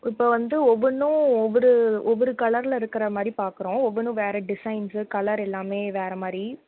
இப்போ வந்து ஒவ்வொன்றும் ஒவ்வொரு ஒவ்வொரு கலரில் இருக்கிற மாதிரி பாக்கிறோம் ஒவ்வொன்றும் வேறு டிசைன்ஸு கலர் எல்லாம் வேற மாதிரி